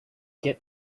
get